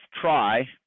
try